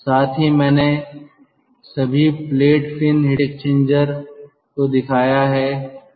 साथ ही मैंने सभी प्लेट फिन हीट एक्सचेंजर को दिखाया है